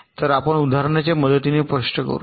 तर आपण उदाहरणाच्या मदतीने हे स्पष्ट करू या